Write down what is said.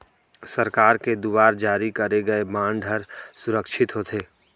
सरकार के दुवार जारी करे गय बांड हर सुरक्छित होथे